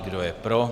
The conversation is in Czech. Kdo je pro?